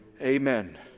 Amen